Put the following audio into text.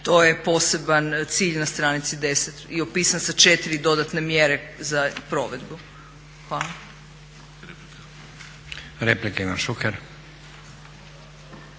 To je poseban cilj na stranici 10. i opisan sa 4 dodatne mjere za provedbu. Hvala. **Stazić, Nenad